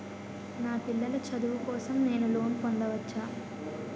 నా పిల్లల చదువు కోసం నేను లోన్ పొందవచ్చా?